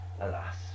Alas